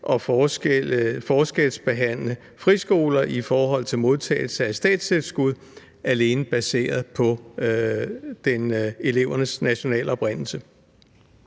at forskelsbehandle friskoler i forhold til modtagelse af statstilskud alene baseret på elevernes nationale oprindelse.